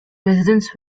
residents